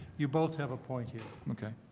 you both have a point you okay?